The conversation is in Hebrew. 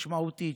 משמעותית,